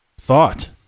thought